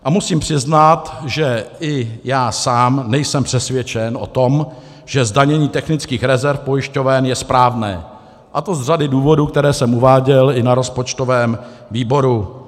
A musím přiznat, že i já sám nejsem přesvědčen o tom, že zdanění technických rezerv pojišťoven je správné, a to z řady důvodů, které jsem uváděl i na rozpočtovém výboru.